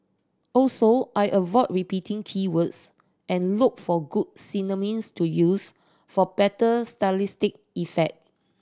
also I avoid repeating key words and look for good synonyms to use for better stylistic effect